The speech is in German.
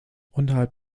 unterhalb